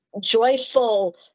joyful